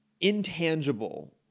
intangible